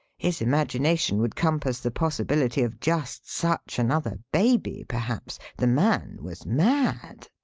his imagination would compass the possibility of just such another baby, perhaps. the man was mad.